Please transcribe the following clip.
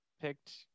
picked